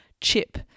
chip